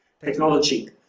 technology